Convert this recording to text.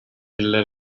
dille